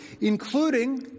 including